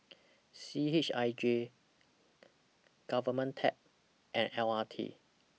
C H I J Government Tech and L R T